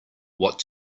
what